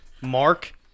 Mark